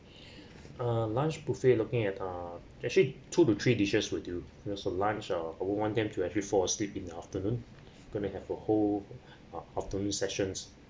uh lunch buffet looking at uh actually two to three dishes would do because for lunch uh I don't want them to actually fall asleep in the afternoon gonna have a whole uh afternoon sessions